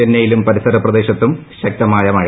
ചെന്നൈയിലും പരിസരപ്രദേശത്തും ശക്തമായ മഴ